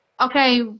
Okay